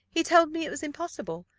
he told me it was impossible.